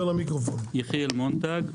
יחיאל מונטג,